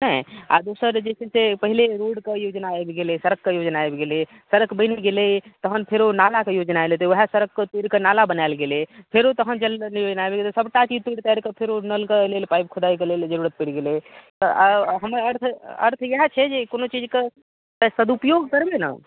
नहि आ दोसर जे छै से पहिले रोड कऽ योजना आबि गेलै सड़क कऽ योजना आबि गेलै सड़क बनि गेलै तहन फेरो नाला कऽ योजना एलै तऽ वेहे सड़क कऽ तोड़ि कऽ नाला बनायल गेलै फेरो तहन जल नल योजना आबि गेलै सभटा कऽ ई तोड़ि तारि कऽ फेरो नल कऽ लेल पाइप खोदाइके लेल जरूरत पड़ि गेलै तऽ हमरा अर्थ अर्थ इएह छै जे कोनो चीज कऽ सदुपयोग करबै ने